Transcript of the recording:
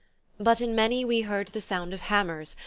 but in many we heard the sound of hammers,